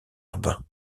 urbain